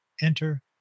enter